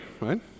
right